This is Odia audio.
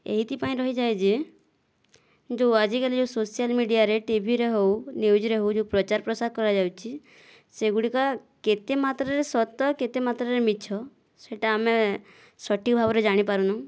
ଏହିଥିପାଇଁ ରହିଯାଏ ଯେ ଯେଉଁ ଆଜିକାଲି ଯେଉଁ ସୋସିଆଲ ମିଡ଼ିଆରେ ଟିଭିରେ ହେଉ ନ୍ୟୁଜରେ ହେଉ ଯେଉଁ ପ୍ରଚାର ପ୍ରସାର କରାଯାଉଛି ସେଗୁଡ଼ିକ କେତେ ମାତ୍ରାରେ ସତ କେତେ ମାତ୍ରାରେ ମିଛ ସେଟା ଆମେ ସଠିକ୍ ଭାବରେ ଜାଣିପାରୁନୁ